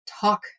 talk